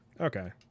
Okay